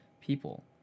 people